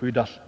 skyddas.